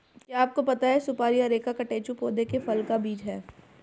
क्या आपको पता है सुपारी अरेका कटेचु पौधे के फल का बीज है?